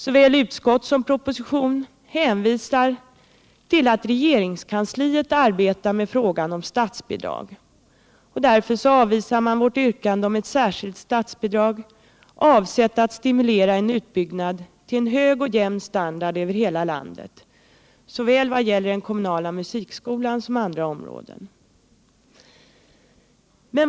Såväl i utskottsbetänkandet som i propositionen hänvisas till att regeringskansliet arbetar med frågan om statsbidrag, och därför avvisar man vårt yrkande om ett särskilt statsbidrag avsett att stimulera en utbyggnad till en hög och jämn standard över hela landet vad gäller såväl den kommunala musikskolan som andra områden.